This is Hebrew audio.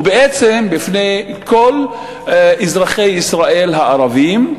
ובעצם בפני כל אזרחי ישראל הערבים,